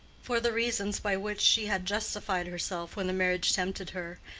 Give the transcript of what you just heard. for the reasons by which she had justified herself when the marriage tempted her,